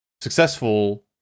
successful